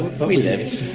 but we lived.